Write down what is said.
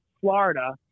Florida